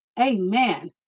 Amen